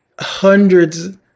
hundreds